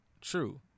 True